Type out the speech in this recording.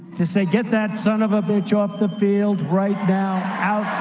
to say, get that son of a bitch off the field right now? out